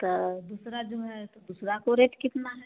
तब दूसरा जो है तो दूसरे का रेट कितना है